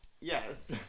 yes